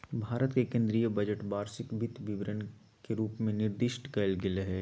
भारत के केन्द्रीय बजट वार्षिक वित्त विवरण के रूप में निर्दिष्ट कइल गेलय हइ